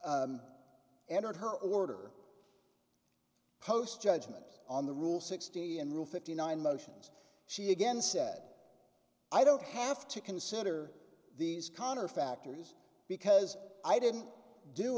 entered her order post judgment on the rule sixty in rule fifty nine motions she again said i don't have to consider these connor factors because i didn't do